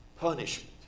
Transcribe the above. punishment